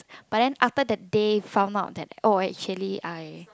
but then after that day found out that oh actually I